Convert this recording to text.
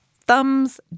thumbs